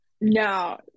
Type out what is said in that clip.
No